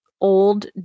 old